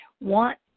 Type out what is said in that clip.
want